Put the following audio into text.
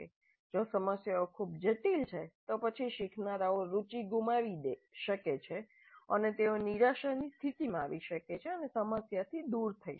જો સમસ્યા ખૂબ જટિલ છે તો પછી શીખનારાઓ રુચિ ગુમાવી શકે છે અને તેઓ નિરાશની સ્થિતિમાં આવી શકે છે અને સમસ્યાથી દૂર થઈ શકે છે